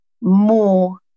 more